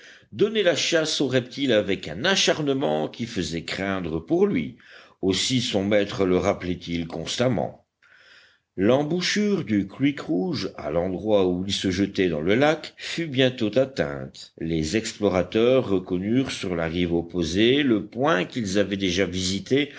donnait la chasse aux reptiles avec un acharnement qui faisait craindre pour lui aussi son maître le rappelait-il constamment l'embouchure du creek rouge à l'endroit où il se jetait dans le lac fut bientôt atteinte les explorateurs reconnurent sur la rive opposée le point qu'ils avaient déjà visité